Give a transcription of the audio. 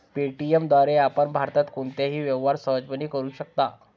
Paytm द्वारे आपण भारतात कोणताही व्यवहार सहजपणे करू शकता